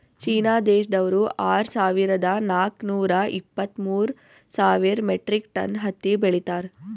China ದೇಶ್ದವ್ರು ಆರ್ ಸಾವಿರದಾ ನಾಕ್ ನೂರಾ ಇಪ್ಪತ್ತ್ಮೂರ್ ಸಾವಿರ್ ಮೆಟ್ರಿಕ್ ಟನ್ ಹತ್ತಿ ಬೆಳೀತಾರ್